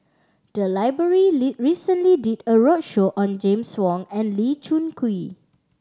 the library recently did a roadshow on James Wong and Lee Choon Kee